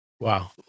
Wow